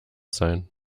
sein